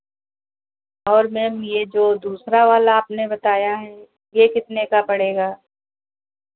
और मैम ये जो दूसरा वाला आपने बताया है ये कितने का पड़ेगा